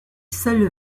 seuls